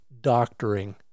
doctoring